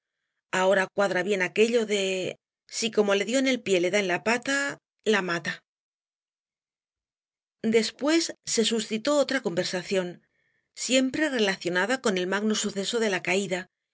ahora cuadra bien aquello de si como le dió en el pié le da en la pata la mata después se suscitó otra conversación siempre relacionada con el magno suceso de la caída